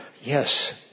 Yes